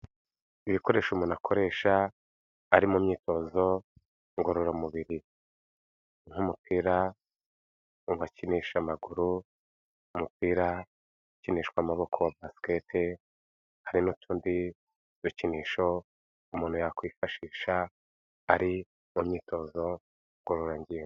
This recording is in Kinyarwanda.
Ibikoresho umuntu akoresha ari mu myitozo ngororamubiri. Nk'umupira mu bakinisha amaguru, umupira ukinishwa amaboko wa baskete, hari n'utundi dukinisho umuntu yakwifashisha ari mu myitozo ngororangingo.